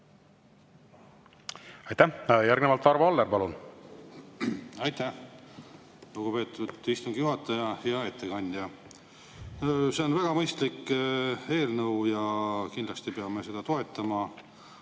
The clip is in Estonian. Aitäh! Järgnevalt Arvo Aller, palun! Aitäh, lugupeetud istungi juhataja! Hea ettekandja! See on väga mõistlik eelnõu ja kindlasti peame seda toetama.